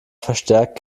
verstärkt